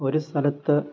ഒരുസ്ഥലത്ത്